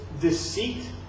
deceit